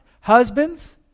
Husbands